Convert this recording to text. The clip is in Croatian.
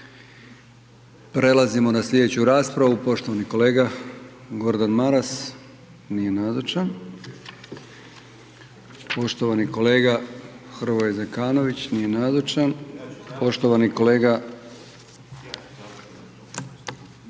Prelazimo na slijedeću raspravu, poštovani kolega Gordan Maras. Nije nazočan. Poštovani kolega Hrvoje Zekanović, nije nazočan. …/Upadica